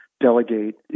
Delegate